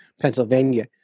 Pennsylvania